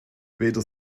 weder